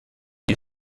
you